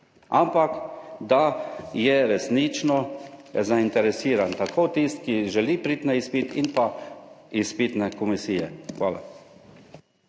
ampak da je resnično zainteresiran tako tisti, ki želi priti na izpit in pa izpitne komisije. Hval.